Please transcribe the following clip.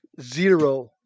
Zero